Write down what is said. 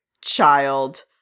child